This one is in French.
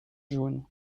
jaune